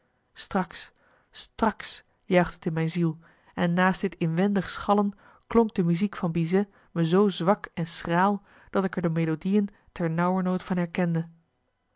straks straks juichte t in mijn ziel en naast dit inwendig schallen klonk de muziek van bizet me zoo zwak en schraal dat ik er de melodieën ter nauwernood van herkende